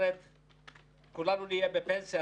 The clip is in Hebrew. כולנו נהיה בפנסיה.